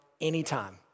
anytime